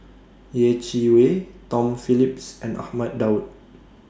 Yeh Chi Wei Tom Phillips and Ahmad Daud